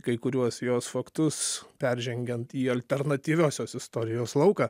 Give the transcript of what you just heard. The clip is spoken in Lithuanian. kai kuriuos jos faktus peržengiant į alternatyviosios istorijos lauką